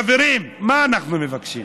חברים, מה אנחנו מבקשים?